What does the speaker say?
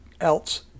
else